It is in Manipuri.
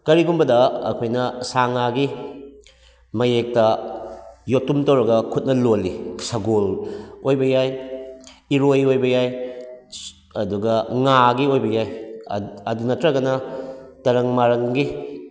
ꯀꯔꯤꯒꯨꯝꯕꯗ ꯑꯩꯈꯣꯏꯅ ꯁꯥ ꯉꯥꯒꯤ ꯃꯌꯦꯛꯇ ꯌꯣꯠꯇꯨꯝ ꯇꯧꯔꯒ ꯈꯨꯠꯅ ꯂꯣꯜꯂꯤ ꯁꯒꯣꯜ ꯑꯣꯏꯕ ꯌꯥꯏ ꯏꯔꯣꯏ ꯑꯣꯏꯕ ꯌꯥꯏ ꯑꯗꯨꯒ ꯉꯥꯒꯤ ꯑꯣꯏꯕ ꯌꯥꯏ ꯑꯗꯨ ꯅꯠꯇ꯭ꯔꯒꯅ ꯇꯔꯪ ꯃꯂꯪꯒꯤ